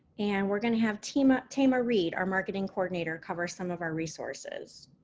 and we're going to have thema thema reed, our marketing coordinator, cover some of our resources.